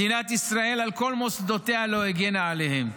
מדינת ישראל, על כל מוסדותיה, לא הגנה עליהם,